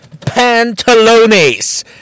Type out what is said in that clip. Pantalones